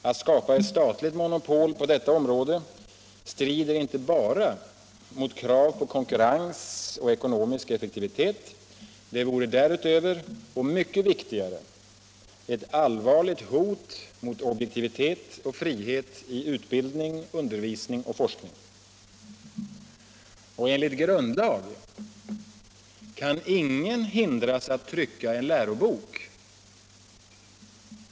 Att skapa ett statligt monopol på detta område strider inte bara mot krav på konkurrens och ekonomisk effektivitet. Det vore därutöver - och det är mycket viktigare — ett allvarligt hot mot objektivitet och frihet i utbildning, undervisning och forskning. Enligt svensk grundlag kan ingen hindras att trycka en lärobok.